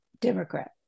Democrat